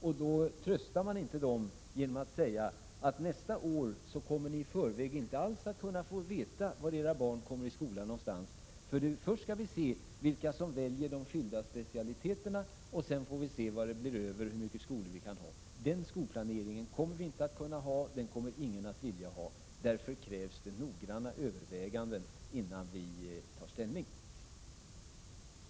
De föräldrarna tröstar man inte genom att säga: Nästa år kommer ni i förväg inte alls att kunna veta var era barn kommer att gå i skola, för först skall vi se vilka som väljer de skilda specialiteterna och sedan får vi se vad som blir över och hur många skolor vi kan ha. Den skolplaneringen kommer vi inte att kunna ha, och den kommer inte heller någon att vilja ha. Därför krävs — Prot. 1987/88:19 noggranna överväganden innan vi tar ställning. 9 november 1987 Nasra så Om organisationen av Överläggningen var härmed avslutad.